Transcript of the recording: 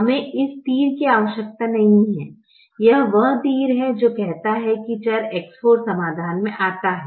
हमें इस तीर की आवश्यकता नहीं है यह वह तीर है जो कहता है कि चर X4 समाधान में आता है